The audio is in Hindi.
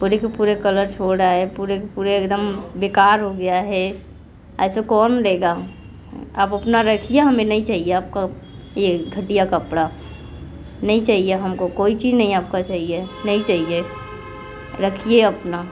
पूरे के पूरे कलर छोड़ रहा है पूरे के पूरे एकदम बेकार हो गया है ऐसा कौन लेगा आप अपना रखिए हमें नहीं चाहिए आपका ये घटिया कपड़ा नहीं चाहिए हमको कोई चीज़ नहीं आपका चाहिए नहीं चाहिए रखिए अपना